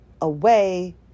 away